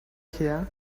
here